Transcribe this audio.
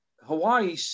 Hawaii